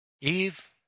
Eve